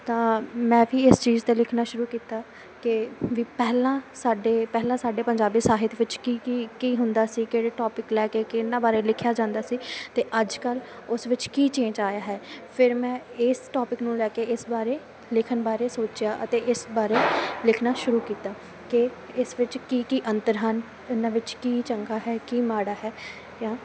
ਤਾਂ ਮੈਂ ਵੀ ਇਸ ਚੀਜ਼ 'ਤੇ ਲਿਖਣਾ ਸ਼ੁਰੂ ਕੀਤਾ ਕਿ ਵੀ ਪਹਿਲਾਂ ਸਾਡੇ ਪਹਿਲਾਂ ਸਾਡੇ ਪੰਜਾਬੀ ਸਾਹਿਤ ਵਿੱਚ ਕੀ ਕੀ ਕੀ ਹੁੰਦਾ ਸੀ ਕਿਹੜੇ ਟੋਪਿਕ ਲੈ ਕੇ ਕੇ ਇਹਨਾਂ ਬਾਰੇ ਲਿਖਿਆ ਜਾਂਦਾ ਸੀ ਅਤੇ ਅੱਜ ਕੱਲ੍ਹ ਉਸ ਵਿੱਚ ਕੀ ਚੇਂਜ ਆਇਆ ਹੈ ਫਿਰ ਮੈਂ ਇਸ ਟੋਪਿਕ ਨੂੰ ਲੈ ਕੇ ਇਸ ਬਾਰੇ ਲਿਖਣ ਬਾਰੇ ਸੋਚਿਆ ਅਤੇ ਇਸ ਬਾਰੇ ਲਿਖਣਾ ਸ਼ੁਰੂ ਕੀਤਾ ਕਿ ਇਸ ਵਿੱਚ ਕੀ ਕੀ ਅੰਤਰ ਹਨ ਇਹਨਾਂ ਵਿੱਚ ਕੀ ਚੰਗਾ ਹੈ ਕੀ ਮਾੜਾ ਹੈ ਜਾਂ